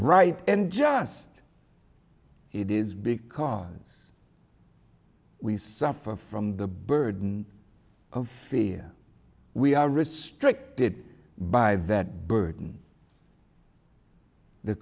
right and just it is because we suffer from the burden of fear we are restricted by that burden the